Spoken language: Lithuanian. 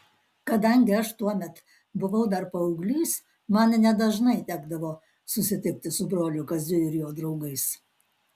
kadangi aš tuomet buvau dar paauglys man nedažnai tekdavo susitikti su broliu kaziu ir jo draugais